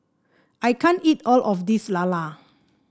I can't eat all of this lala